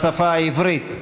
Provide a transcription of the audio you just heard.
בשפה העברית.